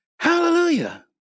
Hallelujah